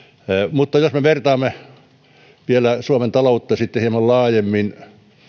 mutta jos me vertaamme vielä suomen taloutta sitten hieman laajemmin